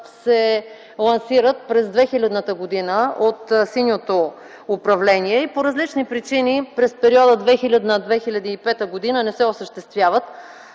се лансират през 2000-та година от синьото управление. По различни причини през периода 2000-2005 г. не се осъществяват.